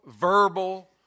verbal